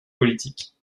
politique